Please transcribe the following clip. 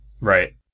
Right